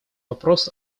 вопрос